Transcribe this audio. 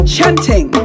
Chanting